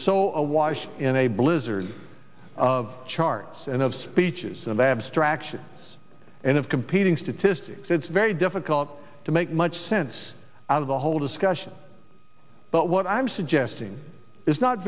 so awash in a blizzard of charts and of speeches and abstractions and of competing statistics it's very difficult to make much sense out of the whole discussion but what i'm suggesting is not